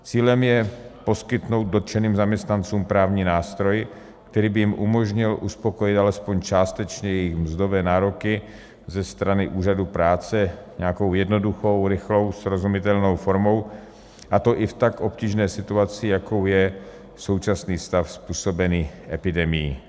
Cílem je poskytnout dotčeným zaměstnancům právní nástroj, který by jim umožnil uspokojit alespoň částečně jejich mzdové nároky ze strany úřadu práce, nějakou jednoduchou, rychlou, srozumitelnou formou, a to i v tak obtížné situaci, jakou je současný stav způsobený epidemií.